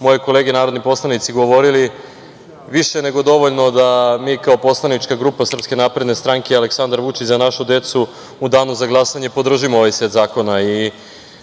moje kolege narodni poslanici govorili više nego dovoljno da mi kao poslanička grupa SNS Aleksandar Vučić – za našu decu u danu za glasanje podržimo ovaj set zakona i